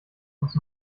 uns